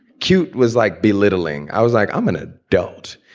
cute was like belittling. i was like, i'm an adult.